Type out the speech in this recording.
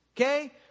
Okay